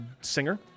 singer